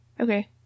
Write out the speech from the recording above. Okay